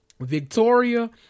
Victoria